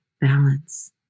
balance